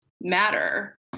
matter